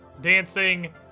dancing